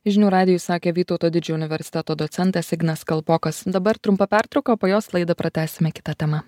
žinių radijui sakė vytauto didžiojo universiteto docentas ignas kalpokas dabar trumpa pertrauka o po jos laidą pratęsime kita tema